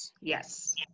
Yes